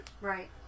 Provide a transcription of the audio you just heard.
Right